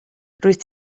rwyt